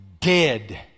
dead